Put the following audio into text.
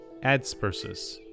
adspersus